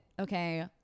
Okay